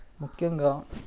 ముఖ్యంగా